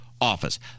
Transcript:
office